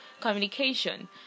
communication